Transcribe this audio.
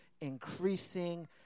increasing